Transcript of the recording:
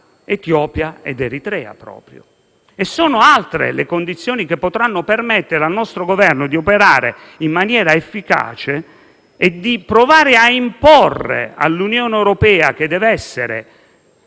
Etiopia ed Eritrea. E sono altre le condizioni che potranno permettere al nostro Governo di operare in maniera efficace e di provare a imporre all'Unione europea, che deve procedere